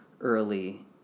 early